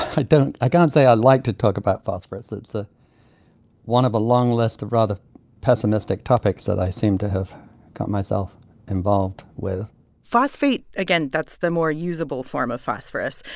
i don't i can't say i like to talk about phosphorus. it's a one of a long list of rather pessimistic topics that i seem to have got myself involved with phosphate again, that's the more usable form of phosphorus.